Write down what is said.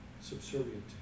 subservient